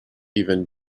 even